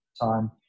time